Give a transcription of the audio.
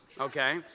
okay